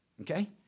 Okay